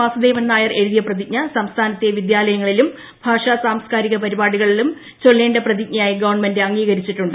വാസുദേവൻ നായർ എഴുതിയ പ്രതിജ്ഞ Shri M T വിദ്യാലയങ്ങളിലും ഭാഷാ സാംസ്കാരിക സംസ്ഥാനത്തെ പരിപാടികളിലും ചൊല്ലേണ്ട പ്രതിജ്ഞയായി ഗവൺമെന്റ് അംഗീകരിച്ചിട്ടുണ്ട്